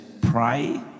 pray